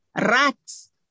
rats